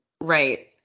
Right